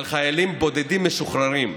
על חיילים בודדים משוחררים,